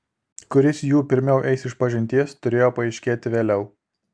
kuris jų pirmiau eis išpažinties turėjo paaiškėti vėliau